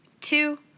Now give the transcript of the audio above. two